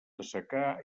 assecar